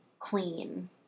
Clean